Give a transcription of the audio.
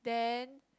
then